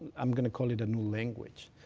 i'm going to call it a new language.